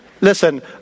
Listen